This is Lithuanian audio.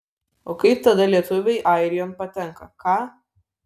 o kaip tada lietuviai airijon patenka ką